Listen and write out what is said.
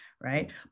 right